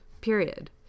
Period